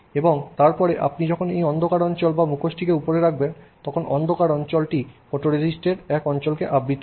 এবং তারপরে আপনি যখন এই অন্ধকার অঞ্চল বা এই মুখোশটিকে উপরে রাখবেন তখন অন্ধকার অঞ্চলটি ফটোরেজিস্ট এর এক অঞ্চলকে আবৃত করে